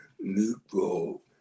neutral